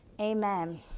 Amen